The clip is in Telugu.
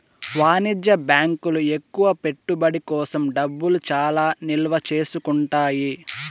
వాణిజ్య బ్యాంకులు ఎక్కువ పెట్టుబడి కోసం డబ్బులు చానా నిల్వ చేసుకుంటాయి